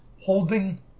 holding